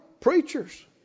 preachers